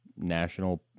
national